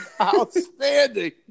outstanding